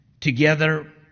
Together